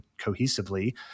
cohesively